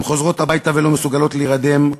הן חוזרות הביתה ולא מסוגלות להירדם,